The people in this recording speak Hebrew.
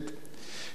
רבותי,